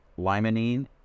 Limonene